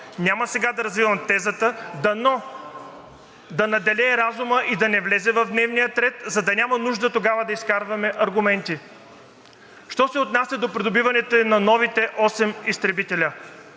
Няма сега да развивам тезата и дано да надделее разумът и да не влезе в дневния ред, за да няма нужда тогава да изкарваме аргументи. Що се отнася до придобиването на новите осем изтребителя.